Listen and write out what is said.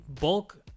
bulk